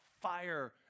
fire